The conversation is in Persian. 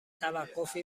توقفی